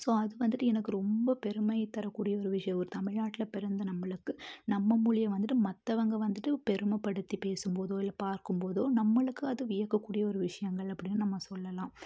so அது வந்துட்டு எனக்கு ரொம்ப பெருமை தரக்கூடிய ஒரு விஷயம் ஒரு தமிழ்நாட்டில் பிறந்த நம்மளுக்கு நம்ம மொழிய வந்துட்டு மற்றவுங்க வந்துட்டு பெருமைப்படுத்தி பேசும்போதோ இல்லை பார்க்கும்போதோ நம்மளுக்கு அது வியக்கக்கூடிய ஒரு விஷயங்கள் அப்படின்னு நம்ம சொல்லலாம்